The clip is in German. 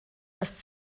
das